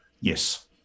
Yes